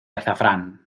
azafrán